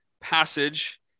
passage